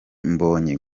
mbonyi